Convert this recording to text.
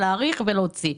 להעריך ולהוציא.